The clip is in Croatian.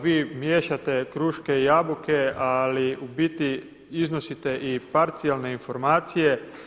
Vi miješate kruške i jabuke, ali u biti iznosite i parcijalne informacije.